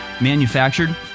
manufactured